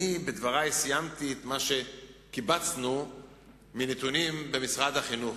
אני ציינתי בדברי את מה שקיבצנו מנתונים במשרד החינוך,